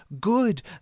good